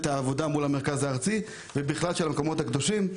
העבודה מול המרכז הארצי ובמקומות הקדושים בכלל.